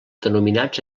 denominats